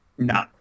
No